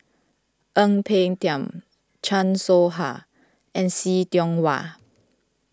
Ang Peng Tiam Chan Soh Ha and See Tiong Wah